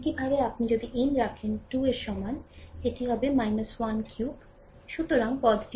একইভাবে আপনি যদি n রাখেন 2 এর সমান এটি হবে 1 ঘনক্ষেত্র